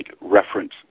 reference